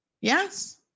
Yes